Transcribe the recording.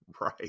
right